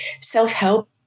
self-help